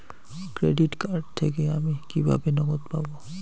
Credit card থেকে আমি কিভাবে নগদ পাব?